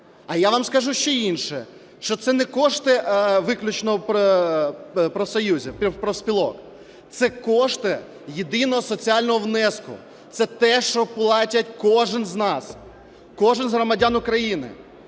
А я вам скажу ще й інше, що це не кошти виключно профспілок, це кошти єдиного соціального внеску, це те, що платить кожен з нас, кожен з громадян України.